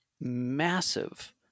massive